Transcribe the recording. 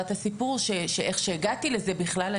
את הסיפור של איך שהגעתי לזה בכלל.